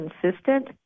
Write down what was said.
consistent